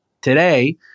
today